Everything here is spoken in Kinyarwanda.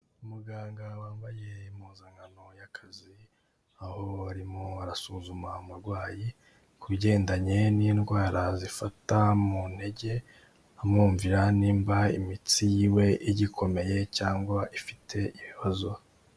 Umuganga wambaye impuzankano y'akazi, aho arimo arasuzuma umurwayi ku bigendanye n'indwara zifata mu ntege, amwumvira nimba imitsi yiwe igikomeye cyangwa ifite ibibazo.